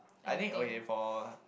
I think okay for